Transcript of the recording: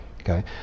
okay